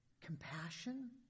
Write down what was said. Compassion